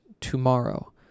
tomorrow